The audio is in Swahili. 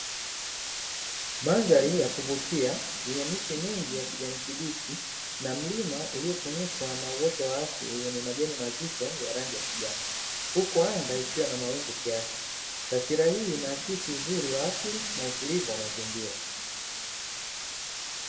Madhari ya kuvutia, yenye miti mingi ya kijani kibichi, na uoto wa asili wenye majani mazito ya kijani, huku anga likiwa na mawingu kiasi. Taswira hii inaakisi utulivu wa mazingira.